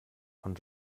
von